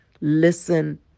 Listen